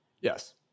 Yes